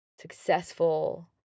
successful